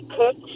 cook